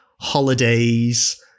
holidays